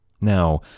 Now